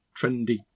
trendy